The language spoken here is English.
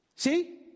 See